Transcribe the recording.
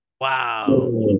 Wow